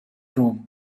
room